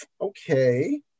okay